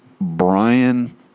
brian